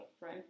right